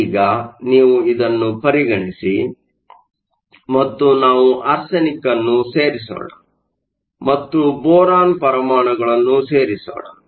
ಈಗ ನೀವು ಇದನ್ನು ಪರಿಗಣಿಸಿ ಮತ್ತು ನಾವು ಆರ್ಸೆನಿಕ್ ಅನ್ನು ಸೇರಿಸೋಣ ಮತ್ತು ಬೋರಾನ್ ಪರಮಾಣುಗಳನ್ನು ಸೇರಿಸೋಣ